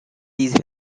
these